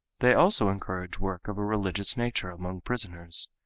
they also encourage work of a religious nature among prisoners,